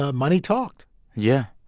ah money talked yeah.